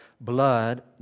blood